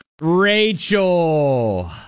Rachel